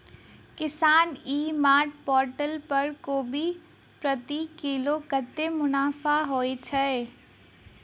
किसान ई mart portal पर कोबी प्रति किलो कतै मुनाफा होइ छै?